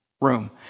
room